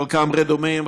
חלקם רדומים,